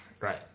Right